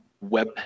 web